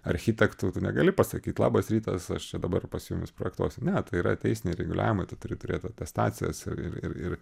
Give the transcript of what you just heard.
architektu tu negali pasakyt labas rytas aš čia dabar pas jumis projektuos ne tai yra teisiniai reguliavimai tu turi turėt atestacijas ir ir ir ir